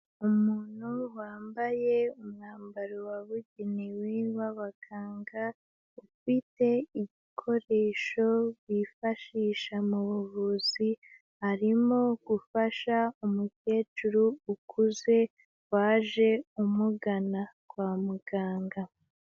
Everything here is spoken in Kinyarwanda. Umuntu wambaye umwambaro wabugenewe wabaganga, ufite ibikoresho bifashisha mubuvuzi arimo gufasha umukecuru ukuze waje amugana kwa muganga.